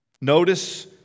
Notice